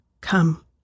come